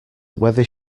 whether